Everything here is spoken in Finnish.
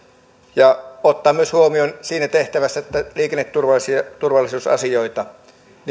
ja ottaa myös huomioon siinä tehtävässä liikenneturvallisuusasioita